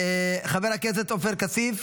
חבר הכנסת עופר כסיף,